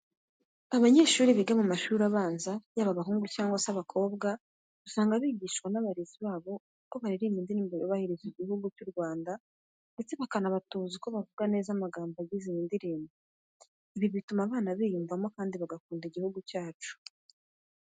Abanyeshuri biga mu mashuri abanza yaba abahungu cyangwa se abakobwa, usanga bigishwa n'abarezi babo uko baririmba indirimbo yubahiriza Igihugu cy'u Rwanda ndetse bakanabatoza uko bavuga neza amagambo agize iyi ndirimbo. Ibi bituma abana biyumvamo kandi bagakunda Igihugu cyacu .